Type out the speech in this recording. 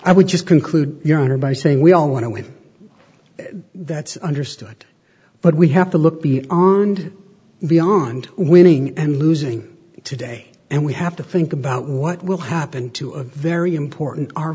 i would just conclude your honor by saying we all want to win that's understood but we have to look beyond beyond winning and losing today and we have to think about what will happen to a very important